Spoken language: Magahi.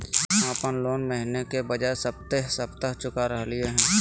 हम अप्पन लोन महीने के बजाय सप्ताहे सप्ताह चुका रहलिओ हें